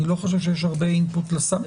אני לא חושב שיש הרבה אינפוט לשר,